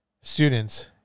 students